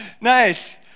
nice